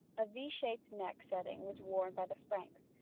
a v shaped neck setting was worn by the franks,